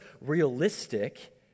realistic